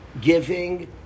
Giving